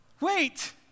Wait